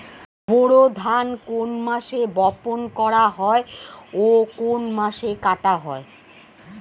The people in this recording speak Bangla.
বোরো ধান কোন মাসে বপন করা হয় ও কোন মাসে কাটা হয়?